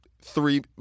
three